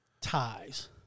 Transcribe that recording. ties